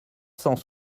cent